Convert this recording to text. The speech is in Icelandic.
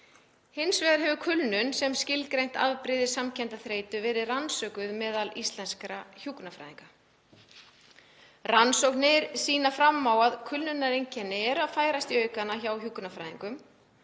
Hins vegar hefur kulnun, sem er skilgreint afbrigði samkenndarþreytu, verið rannsökuð meðal íslenskra hjúkrunarfræðinga. Rannsóknir sýna fram á að kulnunareinkenni eru að færast í aukana hjá hjúkrunarfræðingum